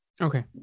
Okay